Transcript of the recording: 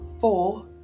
four